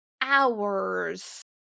hours